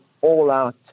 all-out